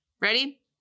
Ready